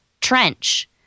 Trench